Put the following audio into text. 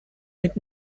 mit